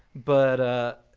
but